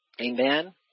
amen